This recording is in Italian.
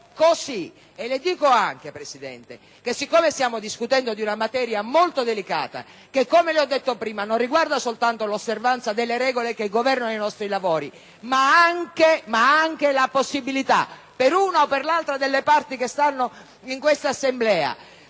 così è! E le dico anche, Presidente, che, poiché stiamo discutendo di una materia molto delicata che, come le ho detto prima, non riguarda soltanto l'osservanza delle regole che governano i nostri lavori, ma anche l'accesso, per una o per l'altra delle parti che stanno in questa Assemblea,